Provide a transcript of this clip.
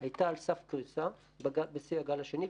הייתה על סף קריסה בשיא הגל השני.